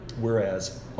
Whereas